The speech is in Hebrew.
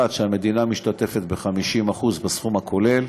1. המדינה משתתפת ב-50% בסכום הכולל,